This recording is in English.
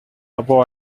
above